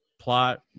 plot